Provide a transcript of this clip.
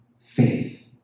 faith